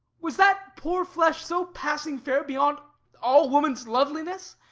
was that poor flesh so passing fair, beyond all woman's loveliness?